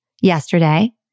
yesterday